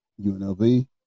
UNLV